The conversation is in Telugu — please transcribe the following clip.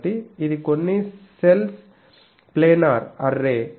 కాబట్టి ఇది కొన్ని సెల్స్ ప్లానార్ అర్రే